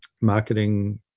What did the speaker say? marketing